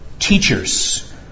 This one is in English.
teachers